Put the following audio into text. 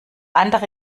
andere